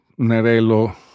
Nerello